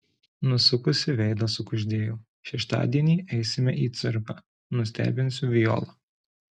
nusukusi veidą sukuždėjo šeštadienį eisime į cirką nustebinsiu violą